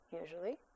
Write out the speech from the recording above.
usually